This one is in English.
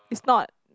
it's not